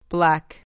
Black